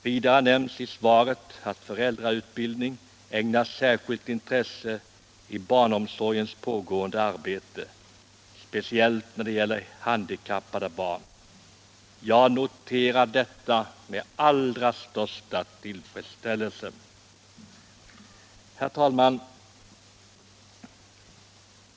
Vidare nämns i svaret att föräldrautbildning ägnas särskilt intresse i barnomsorgens pågående arbete, speciellt när det gäller handikappade barn. Jag noterar detta med allra största tillfredsställelse. Herr talman!